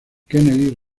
kennedy